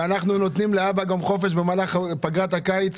ואנחנו נותנים לאבא גם חופש במהלך פגרת הקיץ,